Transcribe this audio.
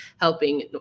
helping